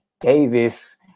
davis